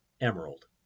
emerald